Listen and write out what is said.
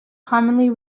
commonly